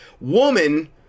woman